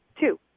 Two